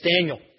Daniel